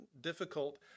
difficult